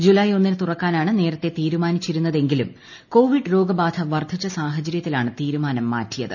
ജൂലായ് ഒന്നിന് തുറക്കാനാണ് നേരത്തെ തീരുമാനിച്ചിരുന്നതെങ്കിലും കോവിഡ് രോഗബാധ വർധിച്ച സാഹചര്യത്തിലാണ് തീരുമാനം മാറ്റിയത്